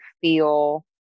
feel